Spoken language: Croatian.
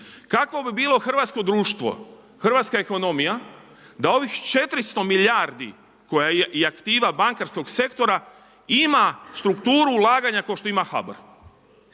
kakvo bi bilo hrvatsko društvo, hrvatska ekonomija da ovih 400 milijardi koja i aktiva bankarskog sektora ima strukturu ulaganja kao što ima HBOR?